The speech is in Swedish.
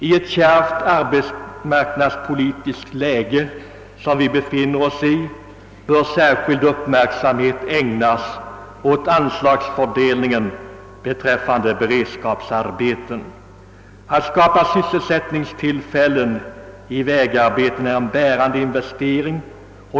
I ett kärvt arbetsmarknadspolitiskt läge som det vi befinner oss i bör särskild uppmärksamhet ägnas åt anslagsfördelningen beträffande beredskapsarbeten. Att skapa sysselsättningstillfällen i vägarbeten är en lönsam investering.